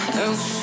else